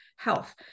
Health